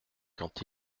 quand